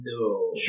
No